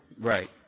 Right